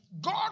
God